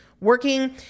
working